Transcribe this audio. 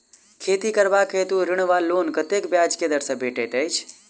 खेती करबाक हेतु ऋण वा लोन कतेक ब्याज केँ दर सँ भेटैत अछि?